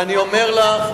ואני אומר לך,